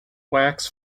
wax